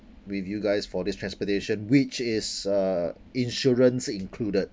with you guys for this transportation which is uh insurance included